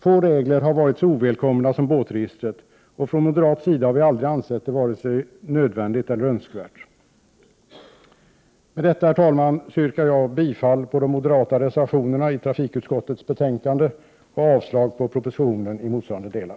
Få regler har varit så ovälkomna som båtregistret, och från moderat sida har vi aldrig ansett att det är vare sig nödvändigt eller önskvärt. Med detta, herr talman, yrkar jag bifall till de moderata reservationerna i trafikutskottets betänkande och avslag på propositionens förslag i motsvarande delar.